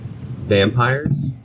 vampires